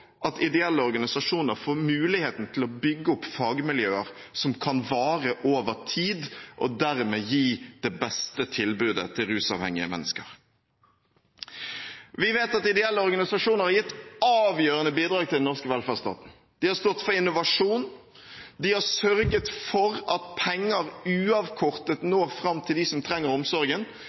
at ideelle organisasjoner får muligheten til å bygge opp fagmiljøer som kan vare over tid, og dermed gi det beste tilbudet til rusavhengige mennesker. Vi vet at ideelle organisasjoner har gitt avgjørende bidrag til den norske velferdsstaten. De har stått for innovasjon, de har sørget for at penger uavkortet når fram til dem som trenger omsorgen